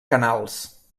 canals